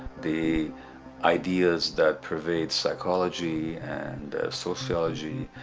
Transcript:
the ideas that pervade psychology and sociology.